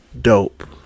dope